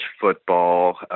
football